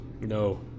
No